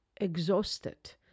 exhausted